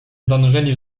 zanurzeni